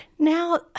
Now